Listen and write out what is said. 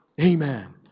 Amen